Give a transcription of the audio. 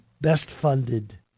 best-funded